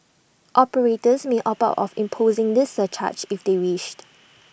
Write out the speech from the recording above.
operators may opt out of imposing this surcharge if they wished